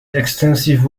extensive